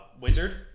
wizard